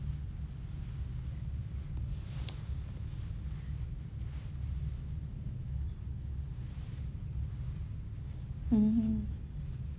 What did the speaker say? mmhmm